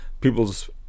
people's